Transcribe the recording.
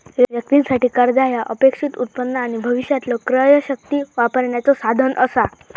व्यक्तीं साठी, कर्जा ह्या अपेक्षित उत्पन्न आणि भविष्यातलो क्रयशक्ती वापरण्याचो साधन असा